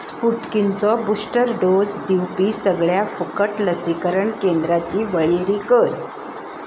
स्पुटकिनचो booster dose दिवपी सगळ्या फुकट लसीकरण केंद्रांची वळेरी कर